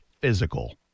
physical